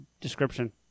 description